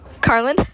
Carlin